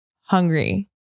hungry